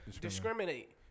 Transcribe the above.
discriminate